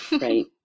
Right